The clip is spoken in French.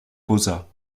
posa